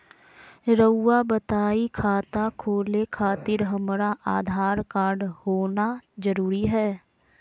रउआ बताई खाता खोले खातिर हमरा आधार कार्ड होना जरूरी है?